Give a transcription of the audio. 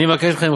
אני מבקש מכם,